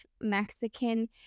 Mexican